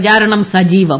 പ്രചാരണം സജീവം